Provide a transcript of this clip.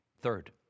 Third